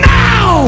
now